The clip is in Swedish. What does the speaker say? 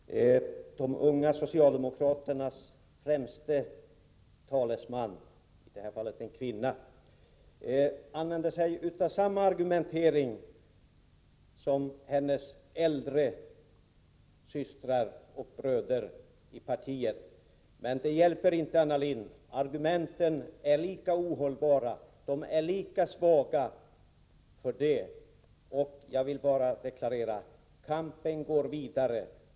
Herr talman! De unga socialdemokraternas främste talesman, i det här fallet en kvinna, använder sig av samma argumentering som hennes äldre systrar och bröder i partiet. Men det hjälper inte, Anna Lindh. Argumenten är lika ohållbara, lika svaga för det. Jag vill bara deklarera: Kampen går vidare.